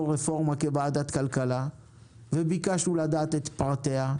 רפורמה כוועדת כלכלה וביקשנו לדעת את פרטיה,